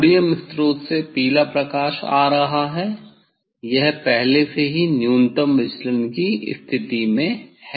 sodium स्रोत से पीला प्रकाश आ रहा है यह पहले से ही न्यूनतम विचलन की स्थिति में है